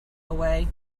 away